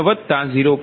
0 0